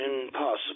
impossible